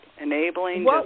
Enabling